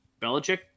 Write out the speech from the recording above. Belichick